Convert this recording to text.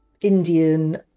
Indian